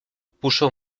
puso